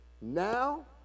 Now